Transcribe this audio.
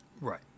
Right